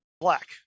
black